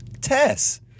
Tess